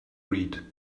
read